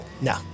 no